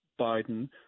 Biden